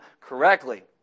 correctly